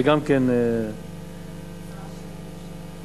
זה גם כן, המצאה של הממשלה.